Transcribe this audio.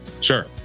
Sure